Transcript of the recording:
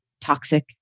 toxic